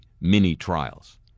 mini-trials